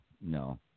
No